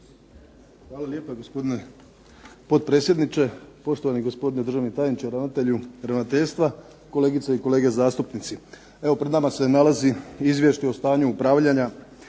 Hvala lijepa gospodine potpredsjedniče, poštovani gospodine državni tajniče, ravnatelju ravnateljstva, kolegice i kolege zastupnici. Evo pred nama se nalazi Izvješće o stanju upravljanja